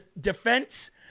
defense